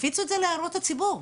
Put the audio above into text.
תפיצו את זה להערות הציבור.